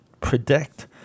predict